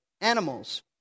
animals